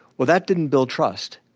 well that didn't build trust.